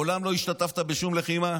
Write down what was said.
מעולם לא השתתפת בשום לחימה.